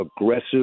aggressive